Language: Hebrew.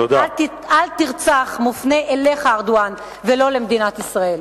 "לא תרצח" מופנה אליך, ארדואן, ולא למדינת ישראל.